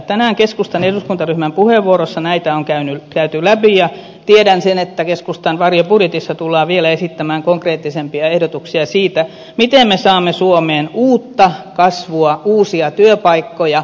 tänään keskustan eduskuntaryhmän puheenvuoroissa näitä on käyty läpi ja tiedän sen että keskustan varjobudjetissa tullaan vielä esittämään konkreettisempia ehdotuksia siitä miten me saamme suomeen uutta kasvua uusia työpaikkoja